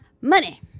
money